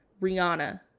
rihanna